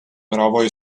мировой